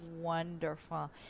wonderful